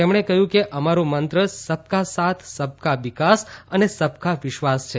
તેમણે કહયું કે અમારો મંત્ર સબકા સાથ સબકા વિકાસ અને સબકા વિશ્વાસ છે